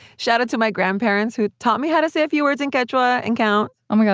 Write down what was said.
shout-out to my grandparents, who taught me how to say a few words in quechua and count oh, my god.